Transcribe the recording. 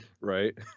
Right